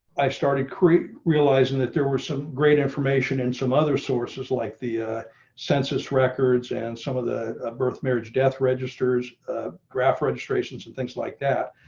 i started realizing that there were some great information and some other sources like the census records and some of the birth, marriage death registers ah graph registrations and things like that.